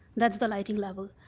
that's the lighting level.